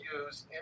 use